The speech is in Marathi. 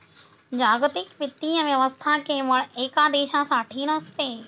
जागतिक वित्तीय व्यवस्था केवळ एका देशासाठी नसते